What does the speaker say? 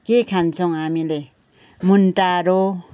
के खान्छौँ हामीले मुन्टाहरू